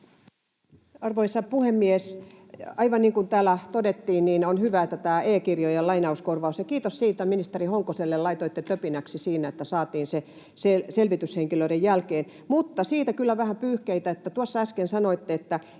Arvoisa puhemies! Aivan niin kuin täällä todettiin, on hyvä, että tuli tämä e‑kirjojen lainauskorvaus, ja kiitos siitä ministeri Honkoselle: laitoitte töpinäksi siinä, että se saatiin selvityshenkilöiden työn jälkeen. Mutta siitä kyllä vähän pyyhkeitä, että tuossa äsken sanoitte, että